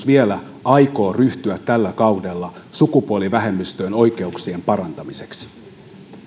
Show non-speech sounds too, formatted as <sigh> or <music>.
<unintelligible> vielä tällä kaudella sukupuolivähemmistöjen oikeuksien parantamiseksi